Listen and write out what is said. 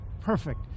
perfect